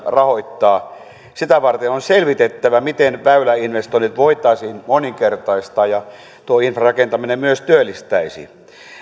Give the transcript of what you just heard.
rahoittaa sitä varten on selvitettävä miten väyläinvestoinnit voitaisiin moninkertaistaa ja tuo infrarakentaminen myös työllistäisi